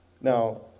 Now